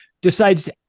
decides